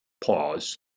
Pause